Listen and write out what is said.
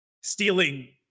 stealing